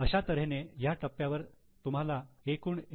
अशा तर्हेने या टप्प्यावर तुम्हाला एकूण एन